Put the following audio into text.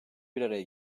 biraraya